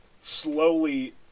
slowly